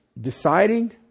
deciding